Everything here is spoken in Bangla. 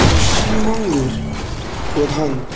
পশ্চিমবঙ্গের প্রধান